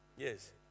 Yes